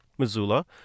Missoula